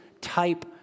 type